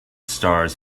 stars